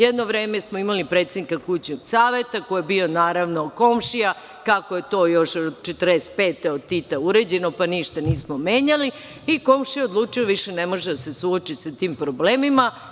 Jedno vreme smo imali predsednika kućnog saveta koji je bio komšija, kako je to još 1945. godine od Tita uređeno, pa ništa nismo menjali i komšija odlučio više ne može da se suoči sa tim problemima.